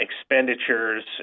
expenditures